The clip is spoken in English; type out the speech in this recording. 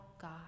God